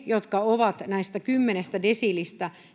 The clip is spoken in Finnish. jotka ovat desiileissä